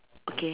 okay